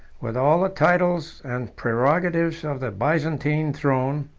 with all the titles and prerogatives of the byzantine throne,